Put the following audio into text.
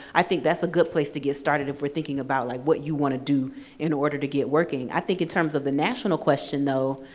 i think that's a good place to get started if we're thinking about like what you wanna do in order to get working. i think, in terms of the national question though,